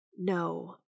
No